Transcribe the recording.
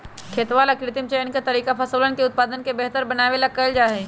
खेतवन ला कृत्रिम चयन के तरीका फसलवन के उत्पादन के बेहतर बनावे ला कइल जाहई